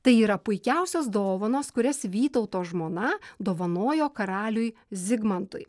tai yra puikiausios dovanos kurias vytauto žmona dovanojo karaliui zigmantui